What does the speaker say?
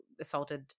assaulted